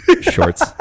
Shorts